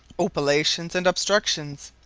opilations, and obstructions.